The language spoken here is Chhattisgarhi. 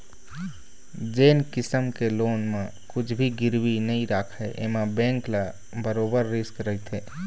जेन किसम के लोन म कुछ भी गिरवी नइ राखय एमा बेंक ल बरोबर रिस्क रहिथे